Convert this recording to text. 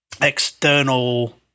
external